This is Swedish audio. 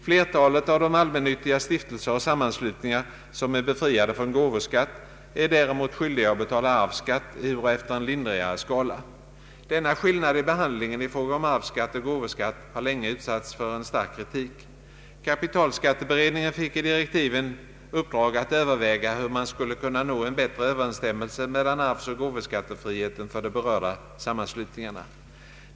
Flertalet av de allmännyttiga stiftelser och sammanslutningar som är befriade från gåvoskatt är däremot skyldiga att betala arvsskatt, ehuru efter en lindrigare skala. Denna skillnad i behandlingen i fråga om arvsskatt och gåvoskatt har länge utsatts för stark kritik. Kapitalskatteberedningen fick i direktiven uppdrag att överväga hur man skulle kunna nå en bättre överensstämmelse mellan arvsoch gåvoskattefriheten för de berörda sammanslutningarna.